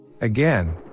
Again